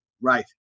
Right